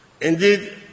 Indeed